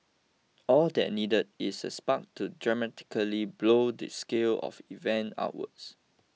all that needed is a spark to dramatically blow the scale of events outwards